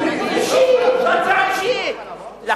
זה לא חל על עורכים ולא על המו"לים, זה לא חל.